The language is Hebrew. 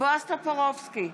בועז טופורובסקי,